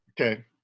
okay